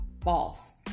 False